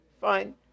fine